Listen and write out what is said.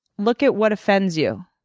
look at what offends you.